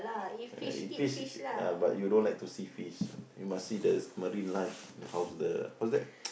eat fish but you don't like to see fish you must see the marine life how's the what's that